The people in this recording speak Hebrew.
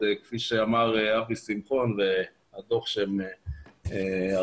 כפי שאמר אבי שמחון והדוח שהם ערכו.